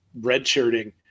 redshirting